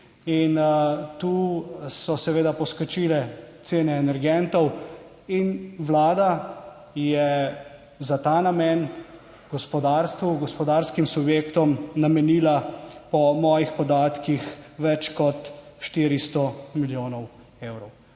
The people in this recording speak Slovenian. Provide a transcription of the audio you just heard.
tu so seveda poskočile cene energentov in Vlada je za ta namen gospodarstvu, gospodarskim subjektom namenila po mojih podatkih več kot 400 milijonov evrov.